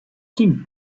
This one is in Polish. kim